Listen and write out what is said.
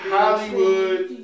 Hollywood